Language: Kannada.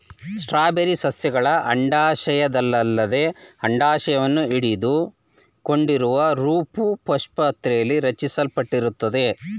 ಸ್ಟ್ರಾಬೆರಿ ಸಸ್ಯಗಳ ಅಂಡಾಶಯದಲ್ಲದೆ ಅಂಡಾಶವನ್ನು ಹಿಡಿದುಕೊಂಡಿರೋಪುಷ್ಪಪಾತ್ರೆಲಿ ರಚಿಸಲ್ಪಟ್ಟಿರ್ತದೆ